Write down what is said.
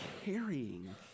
carrying